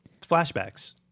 flashbacks